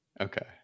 Okay